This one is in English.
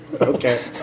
Okay